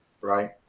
right